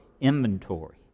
inventory